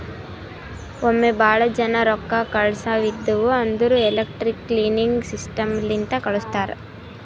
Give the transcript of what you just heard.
ಒಮ್ಮೆ ಭಾಳ ಜನಾ ರೊಕ್ಕಾ ಕಳ್ಸವ್ ಇದ್ಧಿವ್ ಅಂದುರ್ ಎಲೆಕ್ಟ್ರಾನಿಕ್ ಕ್ಲಿಯರಿಂಗ್ ಸಿಸ್ಟಮ್ ಲಿಂತೆ ಕಳುಸ್ತಾರ್